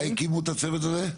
מתי הקימו את הצוות הזה?